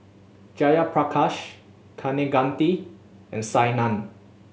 Jayaprakash Kaneganti and Saina